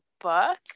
book